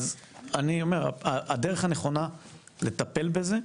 אז אני אומר, הדרך הנכונה לטפל בזה,